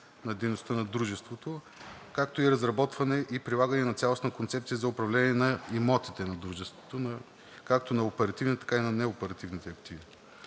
на дейността на дружеството, както и разработване и прилагане на цялостна концепция за управление на имотите на дружеството както на оперативните, така и на неоперативните активи.